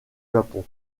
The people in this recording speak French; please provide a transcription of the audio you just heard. japon